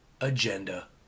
agenda